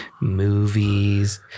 Movies